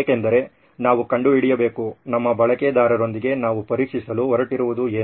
ಏಕೆಂದರೆ ನಾವು ಕಂಡುಹಿಡಿಯಬೇಕು ನಮ್ಮ ಬಳಕೆದಾರರೊಂದಿಗೆ ನಾವು ಪರೀಕ್ಷಿಸಲು ಹೊರಟಿರುವುದು ಏನು